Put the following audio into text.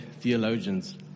theologians